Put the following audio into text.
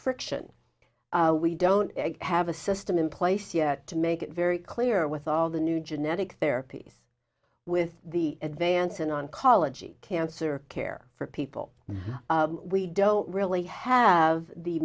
friction we don't have a system in place yet to make it very clear with all the new genetic therapies with the advance an oncology cancer care for people we don't really have the